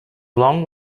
long